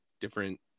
different